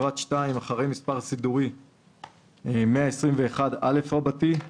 בפרט 2 אחרי מס' סידורי 121א יבוא: